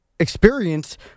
experience